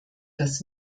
dass